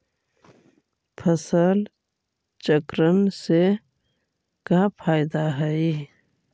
फसल चक्रण से का फ़ायदा हई?